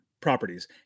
properties